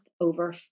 over